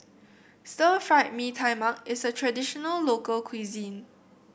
Stir Fried Mee Tai Mak is a traditional local cuisine